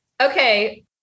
okay